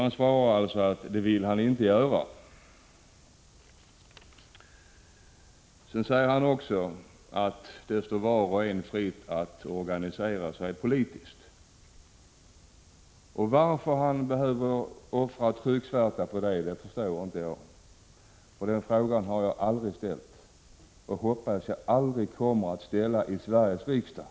Han svarar att det vill han inte göra. Sedan säger han också att det står var och en fritt att organisera sig politiskt. Varför han behöver offra trycksvärta på det förstår inte jag. Den frågan har jag aldrig ställt, och jag hoppas att jag aldrig i Sveriges riksdag kommer att ställa den till någon minister.